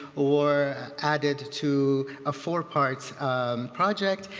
or added to a four-part project.